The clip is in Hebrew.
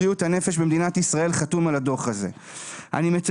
כשזה מגיע לבריאות הנפש לנתי אין ידע מקצועי ועם כל הכבוד יש